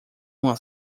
uma